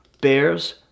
bears